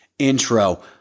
Intro